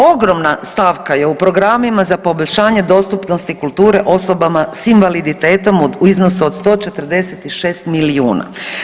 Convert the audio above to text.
Ogromna stavka je u programima za poboljšanje dostupnosti kulture osobama s invaliditetom u iznosu od 146 milijuna.